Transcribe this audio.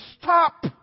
stop